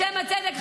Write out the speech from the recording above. -- בשם הצדק,